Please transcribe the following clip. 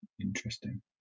interesting